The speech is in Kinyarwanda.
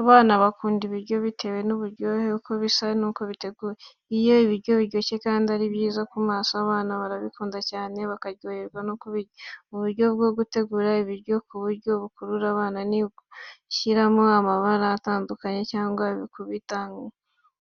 Abana bakunda ibiryo bitewe n’uburyohe, uko bisa n’uko biteguye. Iyo ibiryo biryoshye kandi ari byiza ku maso, abana barabikunda cyane, bakaryoherwa no kubirya. Uburyo bwo gutegura ibiryo ku buryo bukurura abana, ni ugushyiramo amabara atandukanye cyangwa